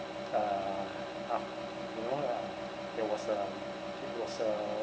uh ha you know uh there was a there was a